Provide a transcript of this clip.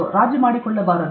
ನೀವು ರಾಜಿ ಮಾಡಿಕೊಳ್ಳಬಾರದು